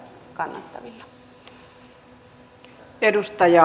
arvoisa puhemies